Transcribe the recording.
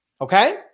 Okay